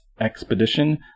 Expedition